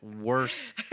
worse